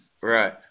Right